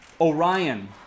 Orion